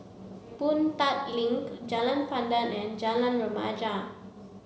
Boon Tat Link Jalan Pandan and Jalan Remaja